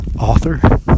author